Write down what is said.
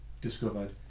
discovered